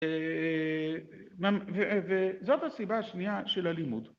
‫וזאת הסיבה השנייה של הלימוד.